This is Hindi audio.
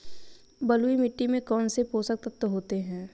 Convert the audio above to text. बलुई मिट्टी में कौनसे पोषक तत्व होते हैं?